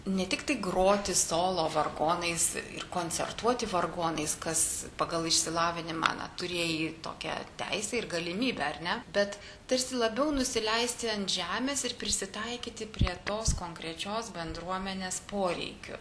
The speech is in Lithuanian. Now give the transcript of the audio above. ne tiktai groti solo vargonais ir koncertuoti vargonais kas pagal išsilavinimą na turėjai tokią teisę ir galimybę ar ne bet tarsi labiau nusileisti ant žemės ir prisitaikyti prie tos konkrečios bendruomenės poreikių